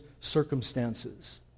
circumstances